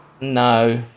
No